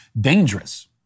dangerous